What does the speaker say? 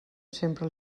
sempre